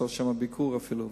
לעשות ביקור אפילו.